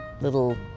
little